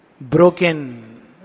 Broken